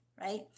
right